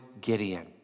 Gideon